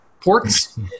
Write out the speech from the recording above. ports